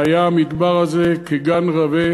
והיה המדבר הזה כגן רווה